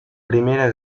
primera